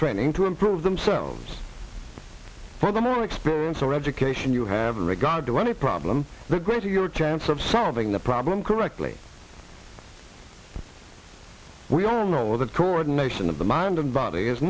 training to improve themselves for their experience or education you have in regard to any problem the greater your chance of solving the problem correctly we all know that coordination of the mind and body is